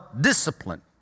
discipline